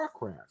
StarCraft